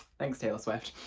thanks, taylor swift